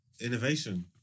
Innovation